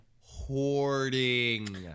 hoarding